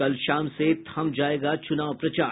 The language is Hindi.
कल शाम से थम जायेगा चूनाव प्रचार